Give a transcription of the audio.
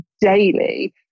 daily